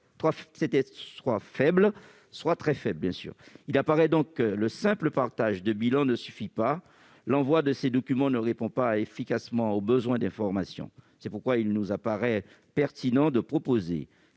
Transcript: était soit faible, soit très faible. Il apparaît donc que le simple partage de bilan ne suffit pas. L'envoi de ces documents ne répond pas efficacement au besoin d'information. C'est pourquoi il nous apparaît pertinent de proposer